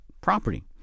property